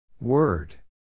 Word